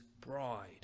bride